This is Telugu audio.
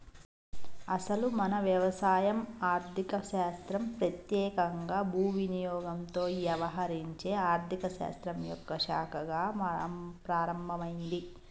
అసలు మన వ్యవసాయం ఆర్థిక శాస్త్రం పెత్యేకంగా భూ వినియోగంతో యవహరించే ఆర్థిక శాస్త్రం యొక్క శాఖగా ప్రారంభమైంది